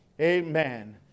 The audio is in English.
Amen